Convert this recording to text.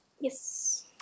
yes